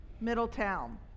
Middletown